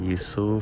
Isso